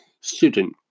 student